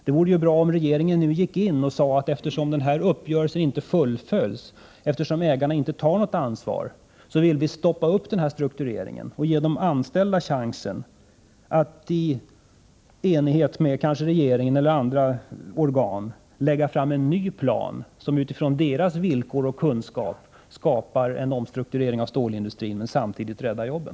Det vore bra om regeringen nu gick in och klargjorde att eftersom uppgörelsen inte fullföljs och ägarna inte tar något ansvar, så vill regeringen stoppa upp den här struktureringen och ge de anställda chansen att i enighet med regeringen eller andra organ lägga fram en ny plan, som utifrån de anställdas villkor och kunskaper skapar en omstrukturering av stålindustrin och samtidigt räddar jobben.